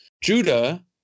Judah